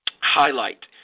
highlight